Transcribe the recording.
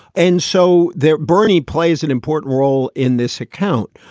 and so there bernie plays an important role in this account.